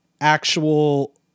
actual